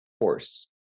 horse